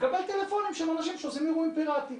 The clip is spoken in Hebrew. מקבל טלפונים של אנשים שעושים אירועים פיראטיים.